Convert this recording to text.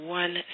one